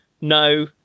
No